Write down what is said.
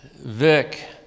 Vic